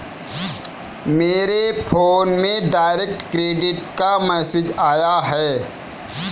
मेरे फोन में direct credit का मैसेज आया है